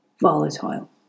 volatile